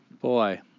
Boy